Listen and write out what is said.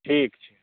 ठीक छै